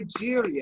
Nigeria